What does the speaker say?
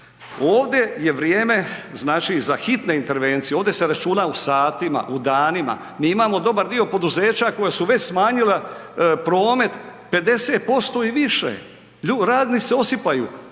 Ovdje je vrijeme znači za hitne intervencije, ovdje se računa u satima, u danima, mi imamo dobar dio poduzeća koja su već smanjila promet 50% i više, .../Govornik